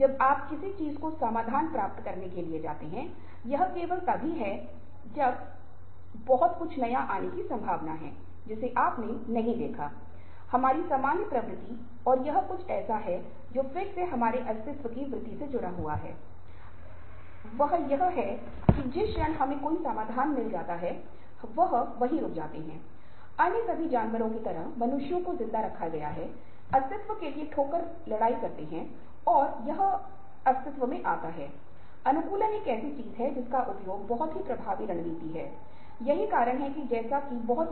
इसलिए हमारे अंतरंग संबंध में यह अलग बात है या अगर हम अपने परिवार में या अपने रिश्ते में अपने दोस्तों के साथ किसी से प्यार करते हैं तो यही स्थिति है लेकिन अगर हमारे पेशेवर जीवन में हमारे लिए जब हम कुछ चीजों के लिए बातचीत कर रहे हैं या यह नौकरी है चाहे वह कंपनी से संबंधित मुद्दे हों चाहे वह शैक्षिक संगठनों में हों कुछ पाने के लिए उच्च प्राधिकारी से निपटने के लिए अनुमोदित या किए गए बेशक बहुत सी चीजें ऐसी हैं जिनसे हमें सावधान रहना होगा